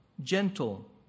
gentle